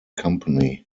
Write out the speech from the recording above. company